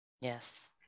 Yes